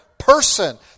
Person